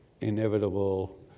inevitable